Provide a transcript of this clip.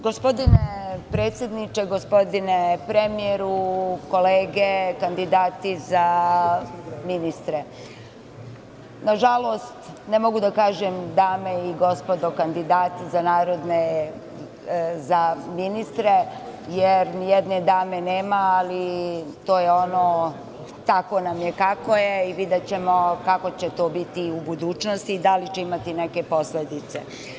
Gospodin predsedniče, gospodine premijeru, kolege, kandidati za ministre, nažalost, ne mogu da kažem dame i gospodo kandidati za ministre jer ni jedne dame nema, tako nam je kako je, i videćemo kako će to biti u budućnosti, da li će imati neke posledice.